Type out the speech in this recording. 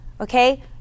okay